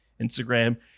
Instagram